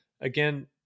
again